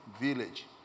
village